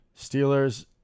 Steelers